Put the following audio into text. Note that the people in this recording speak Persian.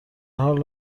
حال